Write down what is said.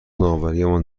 نوآوریمان